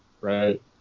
right